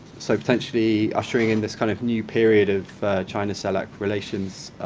so, potentially ushering in this kind of new period of china-celac relations.